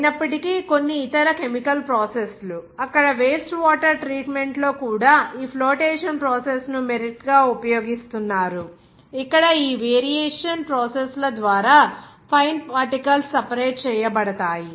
అయినప్పటికీ కొన్ని ఇతర కెమికల్ ప్రాసెస్ లు అక్కడ వేస్ట్ వాటర్ ట్రీట్మెంట్ లో కూడా ఈ ఫ్లోటేషన్ ప్రాసెస్ ను మెరిట్ గా ఉపయోగిస్తున్నారు ఇక్కడ ఈ వేరియేషన్ ప్రాసెస్ ల ద్వారా ఫైన్ పార్టికల్స్ సెపరేట్ చేయబడతాయి